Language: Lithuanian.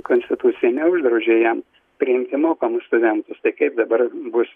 konstitucija neuždaudžia jam priimti mokamus studentus tai kaip dabar bus